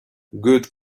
good